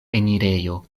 enirejo